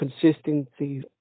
consistency